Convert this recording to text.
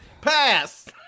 Pass